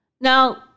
Now